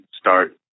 start